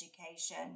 education